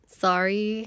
sorry